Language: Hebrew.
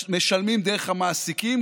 משלמים דרך המעסיקים,